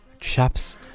Chaps